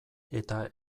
eta